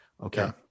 Okay